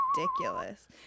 ridiculous